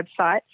website –